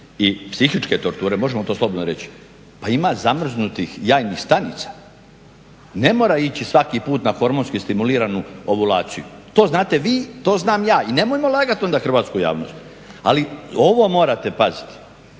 i psihičke torture, možemo to slobodno reći. Pa ima zamrznutih jajnih stanica, ne mora ići svaki put na hormonski stimuliranu ovulaciju. To znate vi, to znam ja i nemojmo lagat onda hrvatsku javnost. Ali ovo morate paziti,